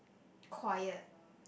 quiet